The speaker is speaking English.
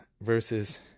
versus